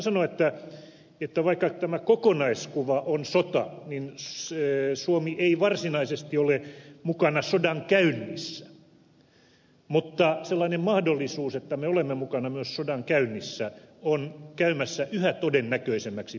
voidaan sanoa että vaikka tämä kokonaiskuva on sota niin suomi ei varsinaisesti ole mukana sodankäynnissä mutta sellainen mahdollisuus että me olemme mukana myös sodankäynnissä on käymässä yhä todennäköisemmäksi päivä päivältä